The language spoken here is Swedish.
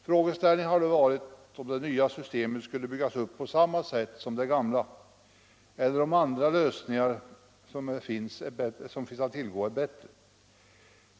Frågeställningen har då varit, om det nya systemet skulle byggas upp på samma sätt som det gamla eller om andra lösningar som finns att tillgå är bättre.